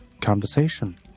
conversation